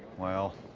well